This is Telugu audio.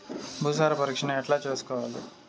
భూసార పరీక్షను ఎట్లా చేసుకోవాలి?